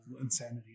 insanity